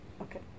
Okay